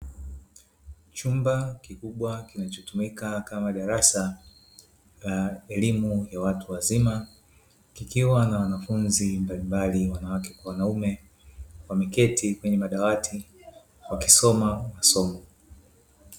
Chumba cha kikubwa kinachotumika kama darasa la elimu ya watu wazima kikiwa na wanafunzi mbalimbali wanawake kwa wanaume wameketi kwenye madawati wakisoma masomo.